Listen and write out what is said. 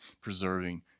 preserving